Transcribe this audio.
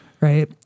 Right